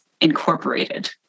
incorporated